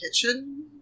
kitchen